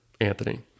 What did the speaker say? Anthony